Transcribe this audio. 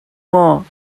maw